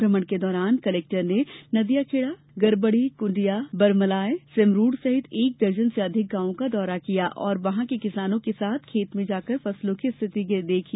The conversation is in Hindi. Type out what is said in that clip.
भ्रमण के दौरान कलेक्टर ने नांदियाखेड़ा गरबड़ी कुण्डिया बरमलाय सेमरूड़ सहित एक दर्जन से अधिक ग्रामों का दौरा किया और वहां के किसानों के साथ खेत में जाकर फसलों की स्थिति देखीं